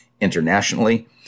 internationally